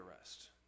arrest